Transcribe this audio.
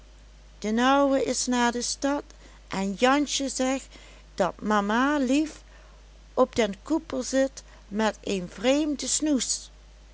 den ouwe is naar de stad en jansje zegt dat mamalief op den koepel zit met een vreemden snoes